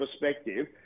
perspective